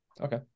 Okay